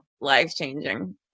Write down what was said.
life-changing